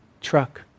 truck